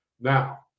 Now